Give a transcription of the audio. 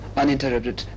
uninterrupted